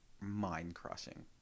mind-crushing